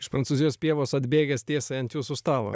iš prancūzijos pievos atbėgęs tiesiai ant jūsų stalo